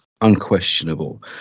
unquestionable